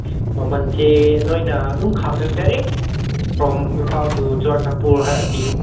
ꯃꯃꯜꯁꯦ ꯅꯣꯏꯅ ꯑꯗꯨꯝ ꯈꯥꯝꯗꯕꯤꯗ direct from Imphal to Churachandpur ꯍꯥꯏꯔꯗꯤ